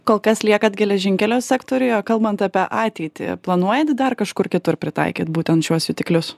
kol kas liekat geležinkelio sektoriuje kalbant apie ateitį planuojat dar kažkur kitur pritaikyt būtent šiuos jutiklius